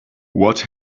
what